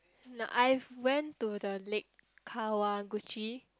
no I've went to the Lake-Kawaguchi